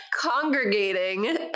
Congregating